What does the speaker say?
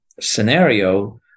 scenario